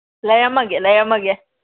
ꯂꯩꯔꯝꯃꯒꯦ ꯂꯩꯔꯝꯃꯒꯦ